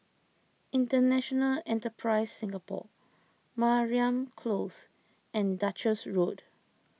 International Enterprise Singapore Mariam Close and Duchess Road